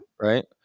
Right